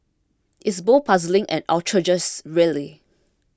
it's both puzzling and outrageous really